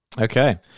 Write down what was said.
Okay